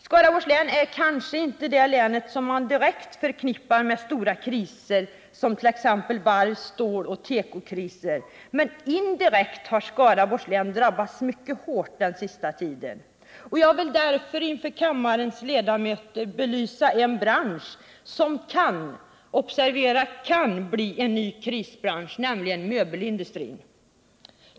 Skaraborgs län är kanske inte det län som man direkt förknippar med stora kriser, som varvs-, ståloch tekokriser, men indirekt har Skaraborgs län drabbats mycket hårt den senaste tiden. Jag vill därför inför kammarens ledamöter belysa en bransch som kan — observera: kan — bli en ny krisbransch, nämligen möbelindustrin.